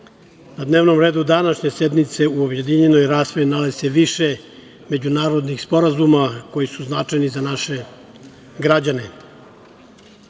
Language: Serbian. na dnevnom redu današnje sednice u objedinjenoj raspravi nalazi se više međunarodnih sporazuma koji su značajni za naše građane. Na